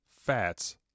fats